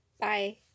Bye